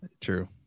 True